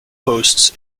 hosts